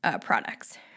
products